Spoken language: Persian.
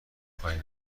خوای